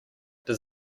does